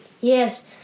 yes